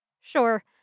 Sure